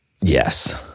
Yes